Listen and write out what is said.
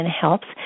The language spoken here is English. helps